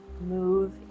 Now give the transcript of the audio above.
move